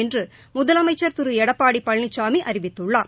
என்று முதலமைச்சள் திரு எடப்பாடி பழனிசாமி அறிவித்துள்ளார்